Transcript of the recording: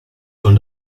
und